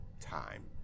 time